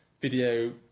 video